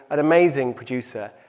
an amazing producer.